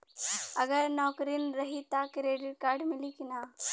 अगर नौकरीन रही त क्रेडिट कार्ड मिली कि ना?